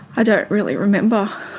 i don't really remember.